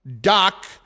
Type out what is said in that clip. Doc